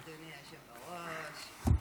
אדוני היושב-ראש.